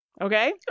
Okay